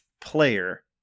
player